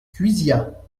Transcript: cuisia